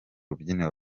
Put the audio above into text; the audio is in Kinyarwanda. rubyiniro